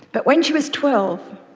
but when she was twelve,